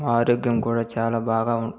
ఆరోగ్యం కూడా చాలా బాగా